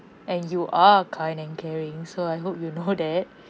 and you are kind and caring so I hope you know that